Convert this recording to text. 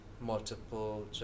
multiple